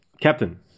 Captain